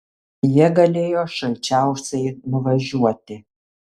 jie galėjo šalčiausiai nuvažiuoti